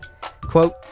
Quote